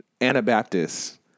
Anabaptists